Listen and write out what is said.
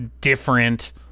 different